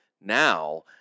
now